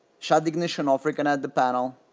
shut the ignition off, reconnect the panel,